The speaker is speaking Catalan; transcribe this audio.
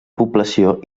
població